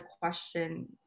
question